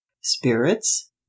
spirits